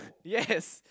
yes